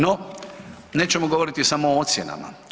No, nećemo govoriti samo o ocjenama.